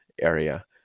area